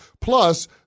Plus